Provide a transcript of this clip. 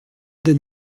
den